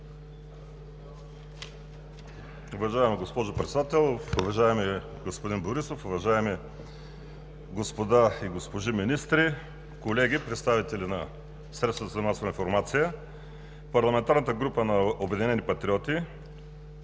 Парламентарната група на „Обединени патриоти“